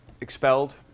Expelled